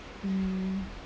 mm